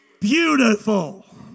beautiful